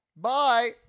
Bye